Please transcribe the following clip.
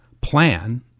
plan